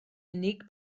unig